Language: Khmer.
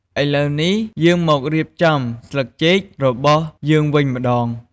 ឥឡូវនេះ យើងមករៀបចំស្លឹកចេករបស់យើងវិញម្ដង។